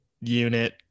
unit